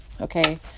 okay